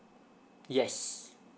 yes